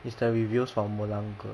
is the reviews for mulan good